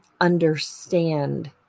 understand